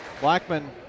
Blackman